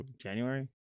January